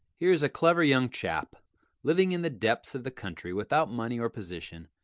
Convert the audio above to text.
here is a clever young chap living in the depths of the country, without money or position,